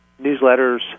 newsletters